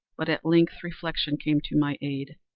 but at length reflection came to my aid.